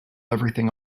everything